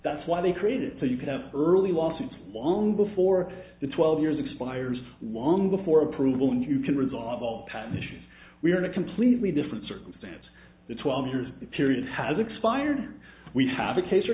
that's why they created so you could have early lawsuits long before the twelve years expires long before approval and you can resolve all patent issues we are in a completely different circumstance the twelve years it period has expired we have a case or